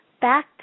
back